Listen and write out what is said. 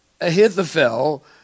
Ahithophel